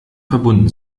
verbunden